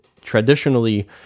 Traditionally